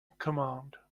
command